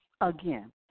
Again